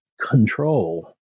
control